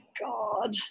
God